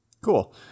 cool